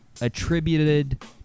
attributed